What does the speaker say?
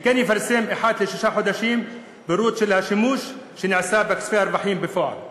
וכן יפרסם אחת לשישה חודשים פירוט של השימוש שנעשה בכספי הרווחים בפועל.